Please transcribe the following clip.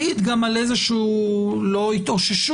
מעידה גם על איזושהי לא התאוששות,